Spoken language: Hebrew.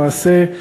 למעשה,